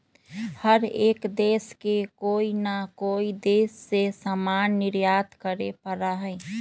हर एक देश के कोई ना कोई देश से सामान निर्यात करे पड़ा हई